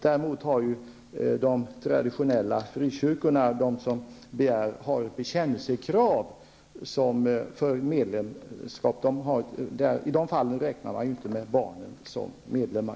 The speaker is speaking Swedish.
Däremot räknar de traditionella frikyrkorna, de som har bekännelsekrav för medlemskap, inte med barnen som medlemmar.